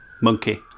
monkey